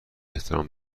احترام